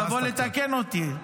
אתה תבוא לתקן אותי.